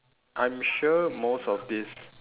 I'm sure most of this